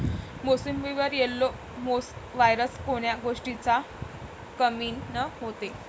मोसंबीवर yellow mosaic virus कोन्या गोष्टीच्या कमीनं होते?